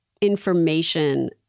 information